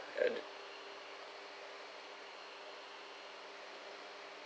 uh the